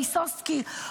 ויסוצקי,